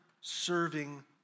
serving